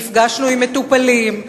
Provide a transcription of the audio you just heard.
נפגשנו עם מטופלים,